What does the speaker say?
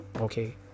okay